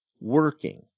working